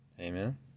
amen